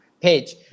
page